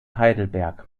heidelberg